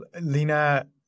Lina